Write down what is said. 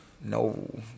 No